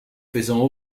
faisant